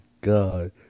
God